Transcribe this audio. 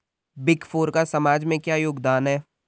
Big four का समाज में क्या योगदान है?